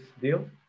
deal